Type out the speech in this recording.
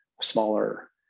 smaller